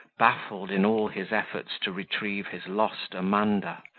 baffled in all his efforts to retrieve his lost amanda,